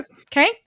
Okay